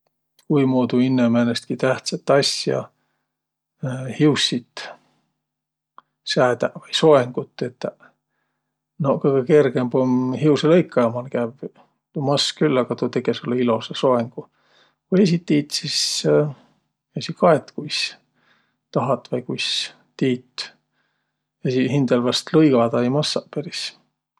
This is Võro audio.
Kuimuudu inne määnestki tähtsät asja hiussit säädäq vai soengut tetäq? No kõgõ kergemb um hiusõlõikaja man kävvüq. Tuu mass külh, a tuu tege sullõ ilosa soengu. Ku esiq tiit, sis esiq kaet, kuis tahat vai kuis tiit. Esiqhindäl vaest lõigadaq ei massaq peris.